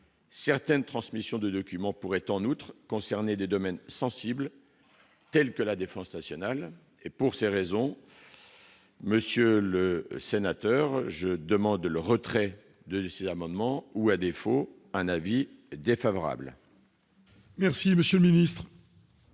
certaines transmission de documents pourraient en outre concerner des domaines sensibles tels que la défense nationale et pour ces raisons. Monsieur le sénateur, je demande le retrait de ces amendements, ou à défaut un avis défavorable. Merci, Monsieur le Ministre.